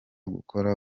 gukora